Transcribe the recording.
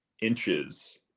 inches